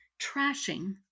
trashing